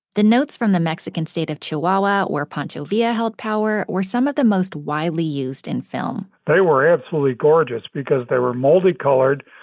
the notes from the mexican state of chihuahua where pancho villa held power were some of the most widely-used in film they were absolutely gorgeous because they were multicolored.